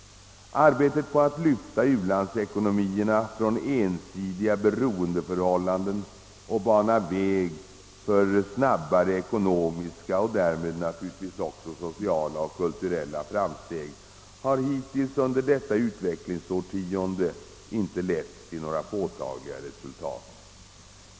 Arbetet på att lyfta u-landsekonomierna från ensidiga beroendeförhållanden och bana väg för snabbare ekonomiska och därmed också sociala och kulturella framsteg har hittills under detta utvecklingsårtionde inte lett till några påtagliga resultat.